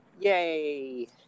Yay